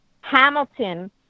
Hamilton